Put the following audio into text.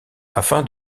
afin